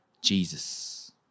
Jesus